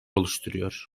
oluşturuyor